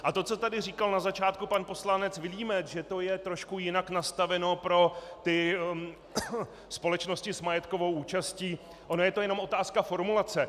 A to, co tady říkal na začátku pan poslanec Vilímec, že to je trošku jinak nastaveno pro společnosti s majetkovou účastí, ona je to jenom otázka formulace.